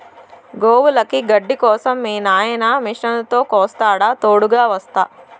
గోవులకి గడ్డి కోసం మీ నాయిన మిషనుతో కోస్తాడా తోడుగ వస్తా